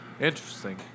Interesting